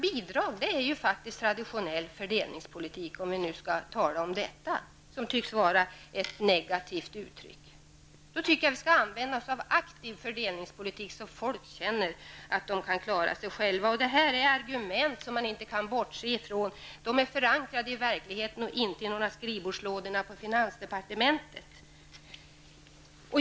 Bidrag är ju traditionell fördelningspolitik, om vi nu skall tala om detta, som tycks vara ett negativt uttryck. Jag tycker att vi skall använda oss av aktiv fördelningspolitik, så att folk känner att de kan klara sig själva. Det är ett argument som man inte kan bortse ifrån. Det är förankrat i verkligheten och inte hämtat ur några skrivbordslådor på finansdepartementet.